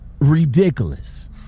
ridiculous